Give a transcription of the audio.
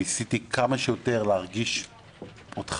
ניסיתי כמה שיותר להרגיש אותך,